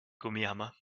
gummihammer